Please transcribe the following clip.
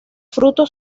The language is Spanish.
frutos